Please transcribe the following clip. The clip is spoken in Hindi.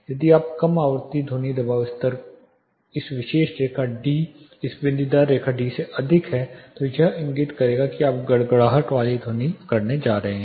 यदि आपकी कम आवृत्ति ध्वनि दबाव का स्तर इस विशेष रेखा डी इस बिंदीदार रेखा डी से अधिक है तो यह इंगित करेगा कि आप एक गड़गड़ाहट वाली ध्वनि करने जा रहे हैं